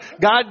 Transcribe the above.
God